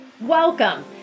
Welcome